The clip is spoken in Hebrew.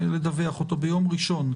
לדווח עליו ביום ראשון.